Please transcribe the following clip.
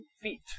feet